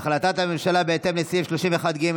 החלטת הממשלה בהתאם לסעיף 31(ג)